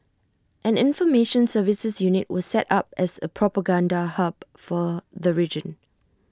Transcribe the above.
an information services unit was set up as A propaganda hub for the region